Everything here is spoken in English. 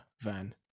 van